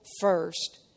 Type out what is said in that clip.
first